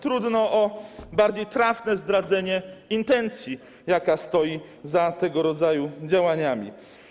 Trudno o bardziej trafne zdradzenie intencji, jaka stoi za tego rodzaju działaniami.